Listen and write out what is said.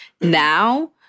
now